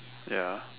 ya